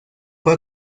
fue